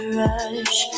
rush